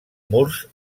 murs